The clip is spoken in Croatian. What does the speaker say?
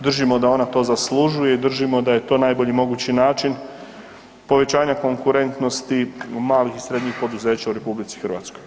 Držimo da ona to zaslužuje i držimo da je to najbolji mogući način povećanja konkurentnosti malih i srednjih poduzeća u RH.